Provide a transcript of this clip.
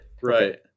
Right